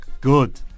Good